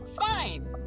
fine